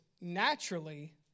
naturally